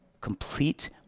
complete